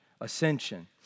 ascension